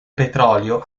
petrolio